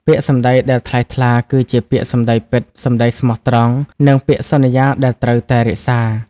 ពាក្យសម្ដីដែលថ្លៃថ្លា គឺជាពាក្យសម្ដីពិត សម្ដីស្មោះត្រង់ និងពាក្យសន្យាដែលត្រូវតែរក្សា។